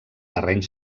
terreny